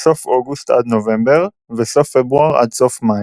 סוף אוגוסט עד נובמבר, וסוף פברואר עד סוף מאי.